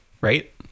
Right